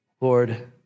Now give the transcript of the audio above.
Lord